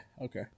okay